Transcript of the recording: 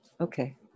okay